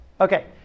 Okay